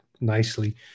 nicely